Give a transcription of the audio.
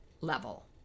level